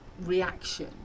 reaction